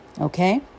okay